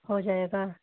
हो जाएगा